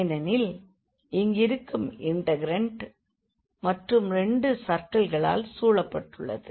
ஏனெனில் இங்கிருக்கும் இண்டெக்ரண்ட் மற்றும் 2 சர்க்கிள்களால் சூழப்பட்டுள்ளது